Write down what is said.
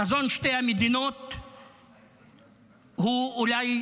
חזון שתי המדינות הוא אולי